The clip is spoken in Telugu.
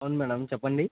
అవును మేడమ్ చెప్పండి